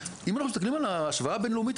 אם אנחנו מסתכלים על ההשוואה הבין-לאומית,